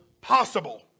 Possible